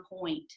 point